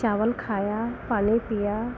चावल खाया पानी पिया